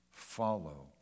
follow